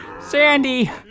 Sandy